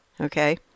okay